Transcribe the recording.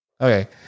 Okay